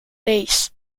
days